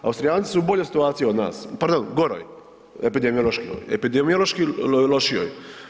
Austrijanci su u boljoj situaciji od nas, pardon goroj epidemiološkoj, epidemiološki lošijoj.